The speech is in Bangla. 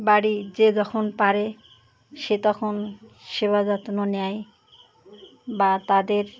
বাড়ি যে যখন পারে সে তখন সেবা যত্ন নেয় বা তাদের